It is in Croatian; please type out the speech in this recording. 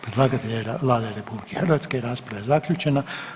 Predlagatelj je Vlada RH, rasprava je zaključena.